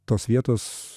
tos vietos